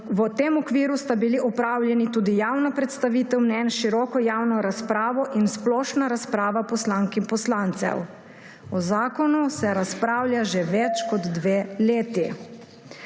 V tem okviru sta bili opravljeni tudi javna predstavitev mnenj s široko javno razpravo in splošna razprava poslank in poslancev. O zakonu se razpravlja že več kot dve leti.